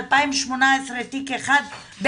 ב-2018 תיק אחד,